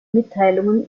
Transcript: mitteilungen